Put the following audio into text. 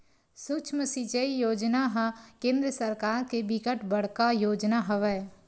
सुक्ष्म सिचई योजना ह केंद्र सरकार के बिकट बड़का योजना हवय